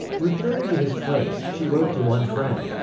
referring to his plays, she wrote to one friend,